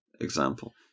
example